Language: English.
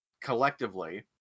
collectively